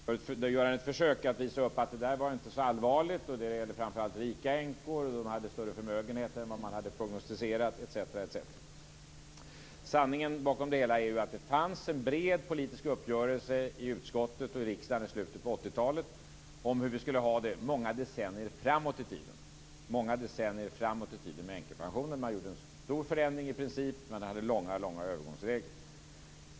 Herr talman! När det gäller frågan om änkepensionerna gav Lennart Klockare en beskrivning som visar att det inte var så allvarligt, att det framför allt gällde rika änkor, att de hade större förmögenheter än man hade prognostiserat etc. Sanningen bakom det hela är att det fanns en bred politisk uppgörelse i utskottet och i riksdagen i slutet av 80-talet om hur vi skulle ha det många decennier framåt i tiden med änkepensionen. Man gjorde en stor förändring i princip, men man hade mycket långa övergångsregler.